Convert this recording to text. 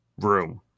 room